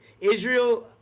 Israel